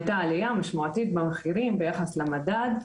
היתה עלייה משמעותית במחירים ביחס למדד,